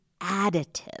additive